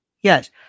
Yes